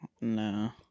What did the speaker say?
No